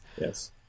yes